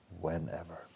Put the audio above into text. whenever